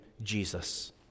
Jesus